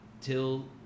Till